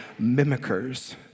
mimickers